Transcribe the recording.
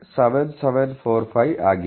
7745 ಆಗಿದೆ